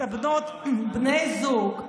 את בנות ובני הזוג,